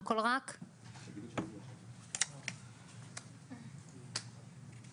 הוא יושב אצלי בהנהלת בית החולים ומשמיע את קולן של